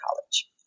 College